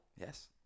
Yes